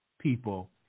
people